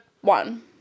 one